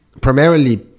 primarily